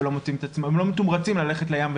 ולא מתומרצים ללכת לים.